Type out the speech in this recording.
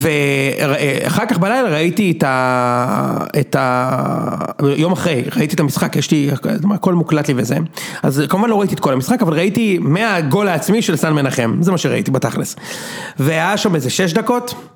ואחר כך בלילה ראיתי את ה.. את ה... יום אחרי, ראיתי את המשחק, יש לי הכל מוקלט לי וזה. אז כמובן לא ראיתי את כל המשחק, אבל ראיתי מהגול העצמי של סן מנחם, זה מה שראיתי בתכל'ס. והיה שם איזה 6 דקות.